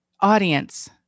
audience